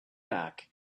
back